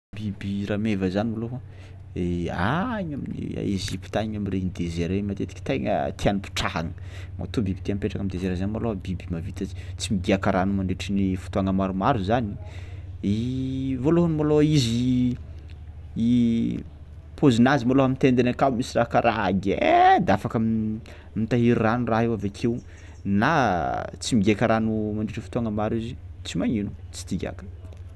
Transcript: Biby rameva zany malôha i agny amin'ny Egypte agny am'regny matetiky tegna tiany petrahagna, matoa biby tia mipetraka am'désert zany malôha biby mahavita ts- tsy migiàka rano mandritry ny fotoagna maromaro zany, voalôhany malôha izy paozinazy malôha am'tendany akao misy raha karaha geda afaka m- mitahiry rano raha io avy akeo na tsy migiàka rano mandritry ny fotoagna maro izy tsy magnino tsy tia higiàka.